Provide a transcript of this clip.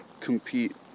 compete